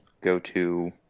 go-to